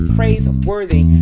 praiseworthy